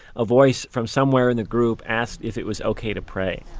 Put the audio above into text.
a voice from somewhere in the group asked if it was ok to pray